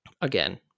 again